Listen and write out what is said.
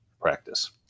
practice